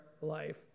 life